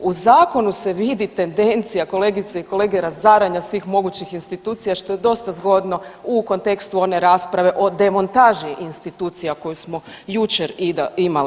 U zakonu se vidi tendencija, kolegice i kolege, razaranja svih mogućih institucija što je dosta zgodno u kontekstu one rasprave o demontaži institucija koju smo jučer imali.